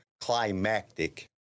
climactic